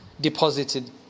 deposited